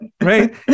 Right